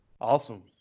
Awesome